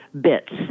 bits